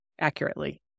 accurately